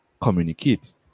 communicate